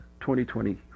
2020